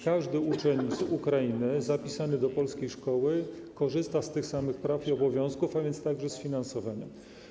Każdy uczeń z Ukrainy zapisany do polskiej szkoły korzysta z tych samych praw i obowiązków, a więc także z finansowania.